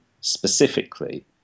specifically